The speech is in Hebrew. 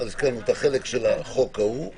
אני מחדש את הדיון.